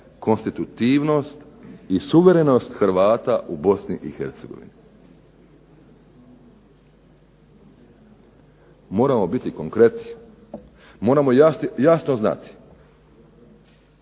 konstitutivnost i suverenost Hrvata u Bosni i Hercegovini? Moramo biti konkretni. Moramo jasno znati